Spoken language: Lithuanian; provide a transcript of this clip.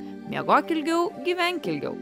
miegok ilgiau gyvenk ilgiau